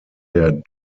der